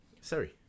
Sorry